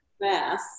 mass